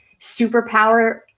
superpower